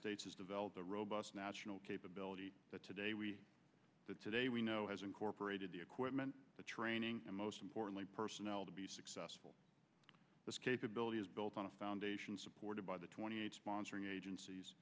states has developed a robust national capability that today we today we know has incorporated the equipment the training the most important personnel to be successful this capability is built on a foundation supported by the twenty eight sponsoring agencies